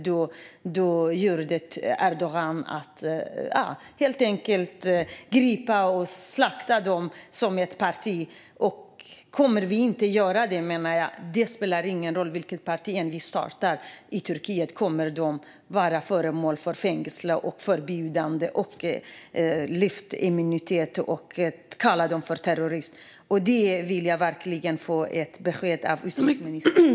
Då valde Erdogan helt enkelt att gripa och slakta dem som ett parti. Kommer vi inte att kämpa för detta? Det spelar ingen roll vilket parti man än startar; i Turkiet kommer man att vara föremål för fängslande, förbud och lyft immunitet. De kommer att bli kallade för terrorister. Det här vill jag verkligen få ett besked av utrikesministern om.